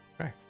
Okay